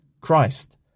Christ